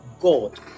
God